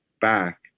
back